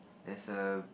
there's a